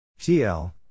TL